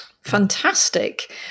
Fantastic